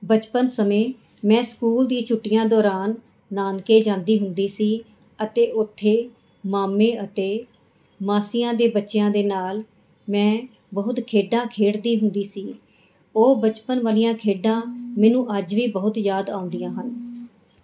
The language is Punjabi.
ਬਚਪਨ ਸਮੇਂ ਮੈਂ ਸਕੂਲ ਦੀ ਛੁੱਟੀਆਂ ਦੌਰਾਨ ਨਾਨਕੇ ਜਾਂਦੀ ਹੁੰਦੀ ਸੀ ਅਤੇ ਉੱਥੇ ਮਾਮੇ ਅਤੇ ਮਾਸੀਆਂ ਦੇ ਬੱਚਿਆਂ ਦੇ ਨਾਲ ਮੈਂ ਬਹੁਤ ਖੇਡਾਂ ਖੇਡਦੀ ਹੁੰਦੀ ਸੀ ਉਹ ਬਚਪਨ ਵਾਲੀਆਂ ਖੇਡਾਂ ਮੈਨੂੰ ਅੱਜ ਵੀ ਬਹੁਤ ਯਾਦ ਆਉਂਦੀਆ ਹਨ